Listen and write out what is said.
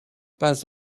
pas